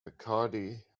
bacardi